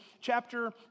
chapter